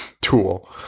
tool